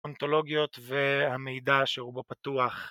האונתולוגיות והמידע שהוא בו פתוח.